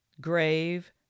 Grave